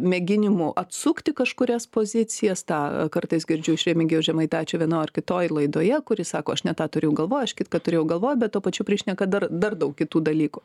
mėginimų atsukti kažkurias pozicijas tą kartais girdžiu iš remigijaus žemaitaičio vienoj ar kitoj laidoje kur jis sako aš ne tą turėjau galvoj aš kitką turėjau galvoj bet tuo pačiu prišneka dar dar daug kitų dalykų